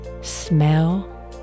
smell